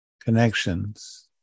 connections